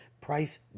price